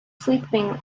sleeping